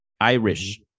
Irish